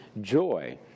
joy